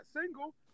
single